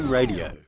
Radio